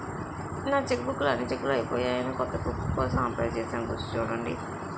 నా చెక్బుక్ లో అన్ని చెక్కులూ అయిపోయాయని కొత్త బుక్ కోసం అప్లై చేసాను కొంచెం చూడండి